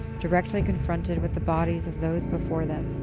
directly confronted with the bodies of those before them,